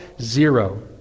zero